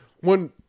One